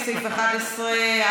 סעיף 11,